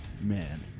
man